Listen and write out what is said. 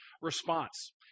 response